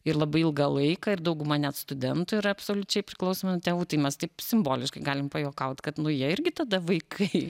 ir labai ilgą laiką ir dauguma net studentų yra absoliučiai priklausomi nuo tėvų tai mes taip simboliškai galim pajuokaut kad nu jie irgi tada vaikai